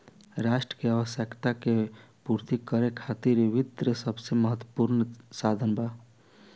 राष्ट्र के आवश्यकता के पूर्ति करे खातिर वित्त सबसे महत्वपूर्ण साधन बा